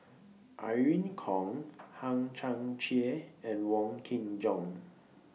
Irene Khong Hang Chang Chieh and Wong Kin Jong